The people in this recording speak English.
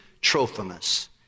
Trophimus